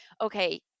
Okay